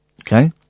Okay